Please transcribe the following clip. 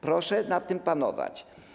Proszę nad tym panować.